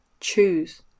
choose